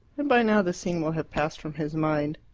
and by now the scene will have passed from his mind.